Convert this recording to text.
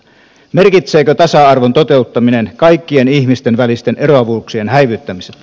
merkitseekö tasa arvon toteuttaminen kaikkien ihmisten välisten eroavuuksien häivyttämistä